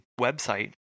website